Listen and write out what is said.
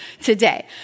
today